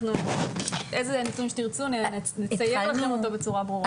איזה נתונים שתרצו, נעביר אותם בצורה ברורה.